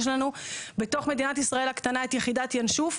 יש לנו בתוך מדינת ישראל הקטנה את יחידת ינשוף,